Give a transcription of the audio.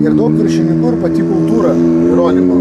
ir daug viršinikų ir pati kultūra nurodymo